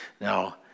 Now